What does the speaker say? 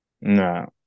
No